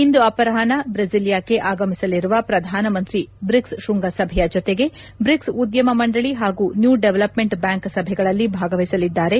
ಇಂದು ಅಪರಾಷ್ನ ಬ್ರೆಸಿಲಿಯಾಕ್ಷೆ ಆಗಮಿಸಲಿರುವ ಪ್ರಧಾನ ಮಂತ್ರಿ ಬ್ರಿಕ್ಸ್ ಶೃಂಗಸಭೆಯ ಜೊತೆಗೆ ಬ್ರಿಕ್ಸ್ ಉದ್ಯಮ ಮಂಡಳ ಹಾಗೂ ನ್ಯೂ ಡೆವಲಪ್ಠೆಂಟ್ ಬ್ಯಾಂಕ್ ಸಭೆಗಳಲ್ಲಿ ಭಾಗವಹಿಸಲಿದ್ದಾರೆ